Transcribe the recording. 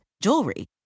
jewelry